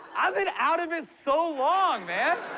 i've been out of it so long, man!